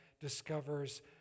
discovers